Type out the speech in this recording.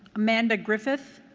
amanda griffith?